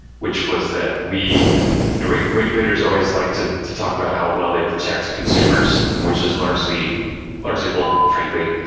which was that we you know regulators always like to to talk about how well they protect consumers, which is largely largely but frankly.